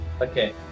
Okay